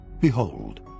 behold